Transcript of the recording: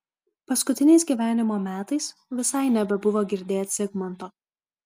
paskutiniais gyvenimo metais visai nebebuvo girdėt zigmanto